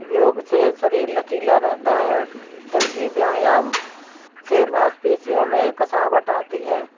योग से शरीर लचीला रहता है जबकि व्यायाम से मांसपेशियों में कसावट आती है